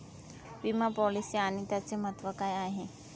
विमा पॉलिसी आणि त्याचे महत्व काय आहे?